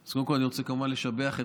אז קודם כול אני רוצה קודם לשבח את